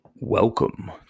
Welcome